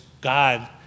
God